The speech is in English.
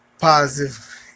positive